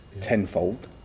tenfold